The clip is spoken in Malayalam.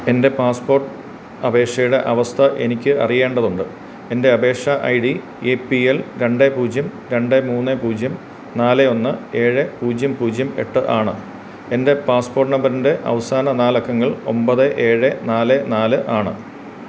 എൻ്റെ പാസ്പോർട്ട് അപേക്ഷയുടെ അവസ്ഥ എനിക്ക് അറിയേണ്ടതുണ്ട് എൻ്റെ അപേക്ഷാ I D A P L രണ്ട് പൂജ്യം രണ്ട് മൂന്ന് പൂജ്യം നാല് ഒന്ന് ഏഴ് പൂജ്യം പൂജ്യം എട്ട് ആണ് എൻ്റെ പാസ്പോർട്ട് നമ്പറിൻ്റെ അവസാന നാലക്കങ്ങൾ ഒൻപത് ഏഴ് നാല് നാല് ആണ്